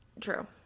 True